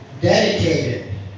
dedicated